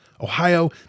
Ohio